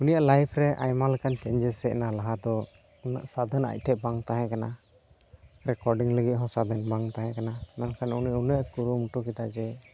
ᱩᱱᱤᱭᱟᱜ ᱞᱟᱹᱭᱤᱯᱷ ᱨᱮ ᱟᱭᱢᱟ ᱞᱮᱠᱟᱱ ᱪᱮᱧᱡᱮᱥ ᱦᱮᱡ ᱱᱟ ᱞᱟᱦᱟ ᱫᱚ ᱩᱱᱟᱹᱜ ᱥᱟᱫᱷᱚᱱᱟ ᱟᱡ ᱴᱷᱮᱱ ᱵᱟᱝ ᱛᱟᱦᱮᱸ ᱠᱟᱱᱟ ᱨᱮᱠᱚᱨᱰᱤᱝ ᱞᱟᱹᱜᱤᱫ ᱦᱚᱸ ᱥᱟᱹᱫᱷᱤᱱ ᱵᱟᱝ ᱛᱟᱦᱮᱸ ᱠᱟᱱᱟ ᱢᱮᱱᱠᱷᱟᱱ ᱩᱱᱤ ᱩᱱᱟᱹᱜ ᱠᱩᱨᱩᱢᱩᱴᱩ ᱠᱮᱫᱟ ᱡᱮ